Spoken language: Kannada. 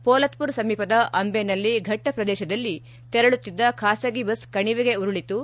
ಪೋಲತ್ಮರ್ ಸಮೀಪದ ಅಂದೆನಲ್ಲಿ ಘಟ್ಟ ಪ್ರದೇಶದಲ್ಲಿ ತೆರಳುತ್ತಿದ್ದ ಖಾಸಗಿ ಬಸ್ ಕಣಿವೆಗೆ ಉರುಳಿತು